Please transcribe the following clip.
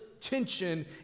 tension